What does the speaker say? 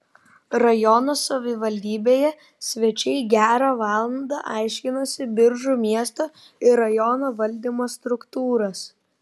rajono savivaldybėje svečiai gerą valandą aiškinosi biržų miesto ir rajono valdymo struktūras